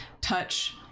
touch